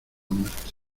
muerte